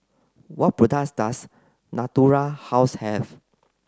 what products does Natura House have